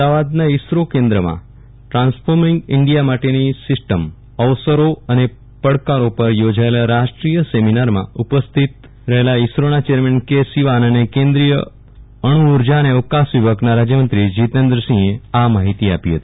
અમદાવાદ ઈસરોકેન્દ્રમાં transforming India માટેની system અવસરો અને પડકારો પર યોજાયેલ રાષ્ટ્રીય સેમિનારમાં ઉપસ્થિત ઈસરોના ચેરમેન કે સિવાન અને કેન્દ્રીય અણ ઉર્જા અને અવકાશ વિભાગના રાજયમંત્રી જીતેન્દ્રસિંહે આ માહિતી આપી હતી